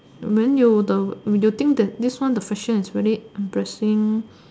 when you the when you think that this one the question is very embarrassing